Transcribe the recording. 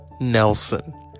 Nelson